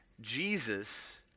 Jesus